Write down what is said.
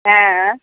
अँए